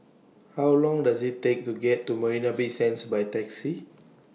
How Long Does IT Take to get to Marina Bay Sands By Taxi